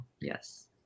Yes